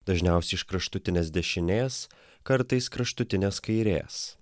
dažniausiai iš kraštutinės dešinės kartais kraštutinės kairės